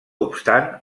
obstant